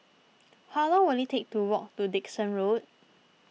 how long will it take to walk to Dickson Road